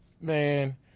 man